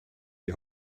die